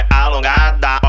alongada